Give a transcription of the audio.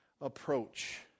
approach